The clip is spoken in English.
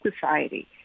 society